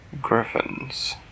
Griffins